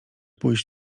pójść